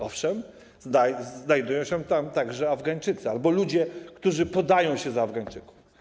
Owszem, znajdują się tam także Afgańczycy albo ludzie, którzy podają się za Afgańczyków.